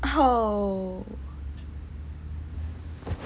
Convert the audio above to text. oh